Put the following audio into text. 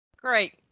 Great